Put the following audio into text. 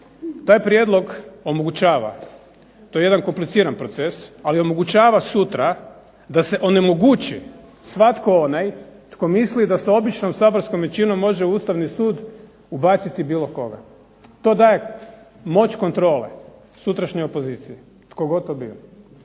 Taj prijedlog omogućava, to je jedan kompliciran proces, ali omogućava sutra da se onemogući svatko onaj tko misli da se običnom saborskom većinom može u Ustavni sud ubaciti bilo koga. To daje moć kontrole, sutrašnje opozicije tko god to bio,